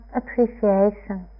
appreciation